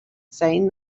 saying